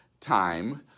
time